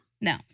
no